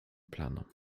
planom